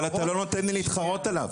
אבל אתה לא נותן לי להתחרות עליו.